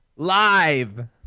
Live